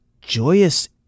joyous